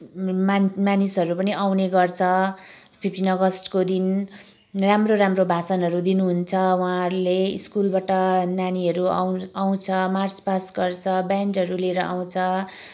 मानिसहरू पनि आउने गर्छ फिफ्टिन अगस्तको दिन राम्रो राम्रो भाषणहरू दिनुहुन्छ उहाँहरूले स्कुलबाट नानीहरू आउँछ मार्च पास गर्छ ब्यान्डहरू लिएर आउँछ